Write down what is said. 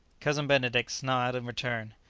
cousin benedict smiled in return.